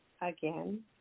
again